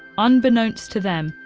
unbeknownst to them,